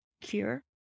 cure